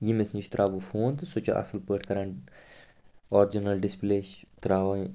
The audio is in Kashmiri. ییٚمِس نِش ترٛاوٕ بہٕ فون تہٕ سُہ چھُ اَصٕل پٲٹھۍ کَران آرجِنَل ڈِسپٕلے چھِ ترٛاوٕنۍ